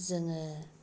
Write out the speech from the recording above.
जोङो